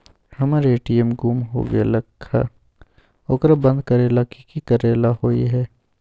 हमर ए.टी.एम गुम हो गेलक ह ओकरा बंद करेला कि कि करेला होई है?